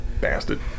Bastard